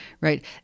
right